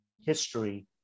history